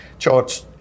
George